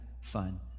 fun